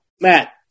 Matt